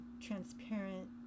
transparent